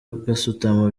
gasutamo